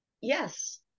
Yes